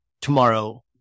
tomorrow